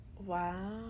wow